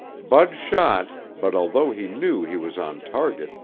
bud shot, but although he knew he was on target,